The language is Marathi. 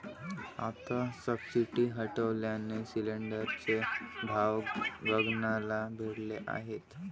आता सबसिडी हटवल्याने सिलिंडरचे भाव गगनाला भिडले आहेत